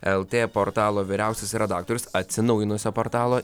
lt portalo vyriausiasis redaktorius atsinaujinusio portalo